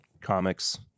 comics